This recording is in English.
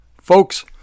Folks